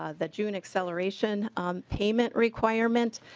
ah the june acceleration on payment requirements.